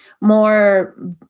more